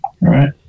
right